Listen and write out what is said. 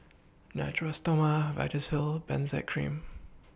Natura Stoma Vagisil Benzac Cream